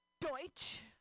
Deutsch